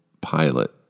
Pilot